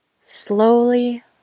slowly